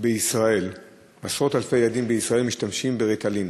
בישראל משתמשים ב"ריטלין".